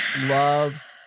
love